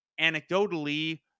anecdotally